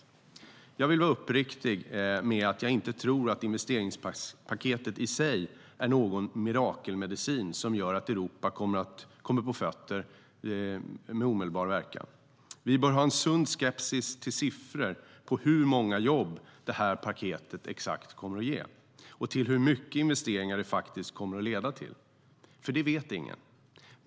Jag vill vara uppriktig med att jag inte tror att investeringspaketet i sig är någon mirakelmedicin som gör att Europa kommer på fötter med omedelbar verkan. Vi bör ha en sund skepsis till siffror på exakt hur många jobb det här paketet kommer att ge och hur mycket investeringar det faktiskt kommer att leda till - för det vet ingen.